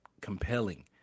compelling